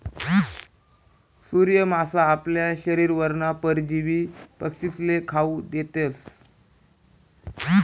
सूर्य मासा आपला शरीरवरना परजीवी पक्षीस्ले खावू देतस